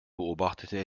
beobachtete